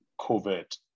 COVID